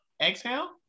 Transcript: exhale